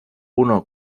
uno